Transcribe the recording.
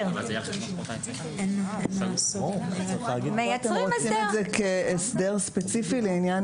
האם אתם רוצים את זה כהסדר ספציפי לעניין